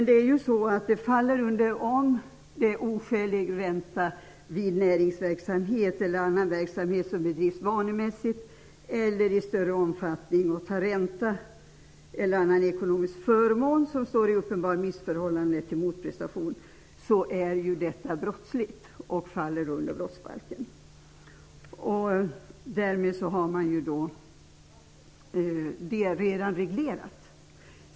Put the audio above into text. Det är brottsligt att i näringsverksamhet eller i annan verksamhet som bedrivs vanemässigt eller i större omfattning bereda sig ränta eller annan ekonomisk förmån som står i uppenbart missförhållande till motprestationen. Det faller alltså under brottsbalken. Därmed är detta redan reglerat.